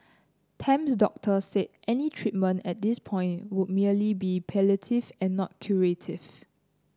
Tam's doctor said any treatment at this point would merely be palliative and not curative